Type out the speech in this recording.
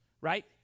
right